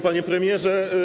Panie Premierze!